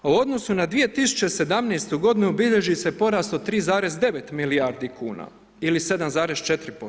U odnosu na 2017.-tu godinu bilježi se porast od 3,9 milijardi kuna ili 7,4%